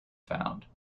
found